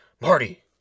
marty